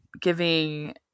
giving